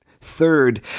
Third